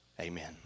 amen